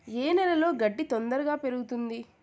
ఏ నేలలో గడ్డి తొందరగా పెరుగుతుంది